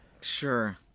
Sure